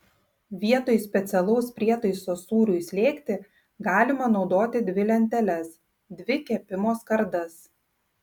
vietoj specialaus prietaiso sūriui slėgti galima naudoti dvi lenteles dvi kepimo skardas